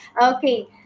Okay